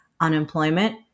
unemployment